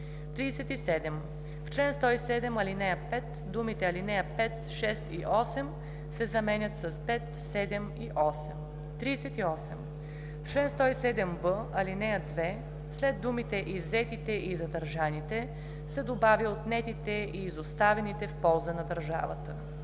37. В чл. 107, ал. 5 думите „ал. 5, 6 и 8” се заменят с „5, 7 и 8”. 38. В чл. 107б, ал. 2 след думите „иззетите и задържаните“ се добавя „отнетите и изоставените в полза на държавата“.